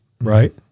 right